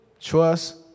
trust